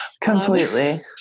completely